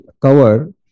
cover